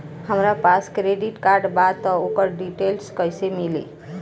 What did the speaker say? हमरा पास credit card बा त ओकर डिटेल्स कइसे मिली?